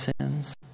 sins